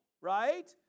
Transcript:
right